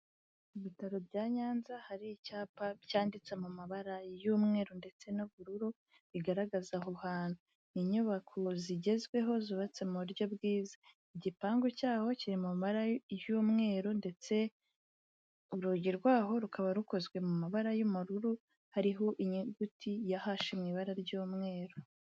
Ibitaro byaNnyanza hari icyapa cyanditse mu mabara y'umweru ndetse n'ubururu bigaragaza aho hantu, ni inyubako zigezweho zubatse mu buryo bwiza, igipangu cyaho kiri mu mara y'umweru ndetse urugi rwaho rukaba rukozwe mu mabara y'ubururu hariho inyuguti ya hashi mu ibara ry'umweru.